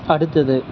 அடுத்தது